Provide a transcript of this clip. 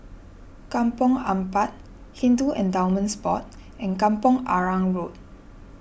Kampong Ampat Hindu Endowments Board and Kampong Arang Road